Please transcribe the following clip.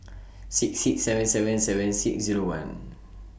six six seven seven seven six Zero one